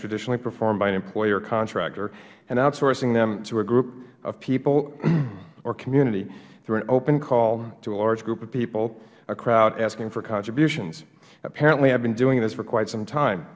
traditionally performed by an employer contractor and outsourcing them through a group of people or community through an open call to a large group of people a crowd asking for contributions apparently i've been doing this for quite some time